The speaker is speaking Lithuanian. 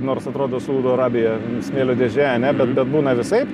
nors atrodo saudo arabija smėlio dėžė ane bet bet būna visaip